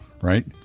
right